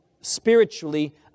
spiritually